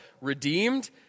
redeemed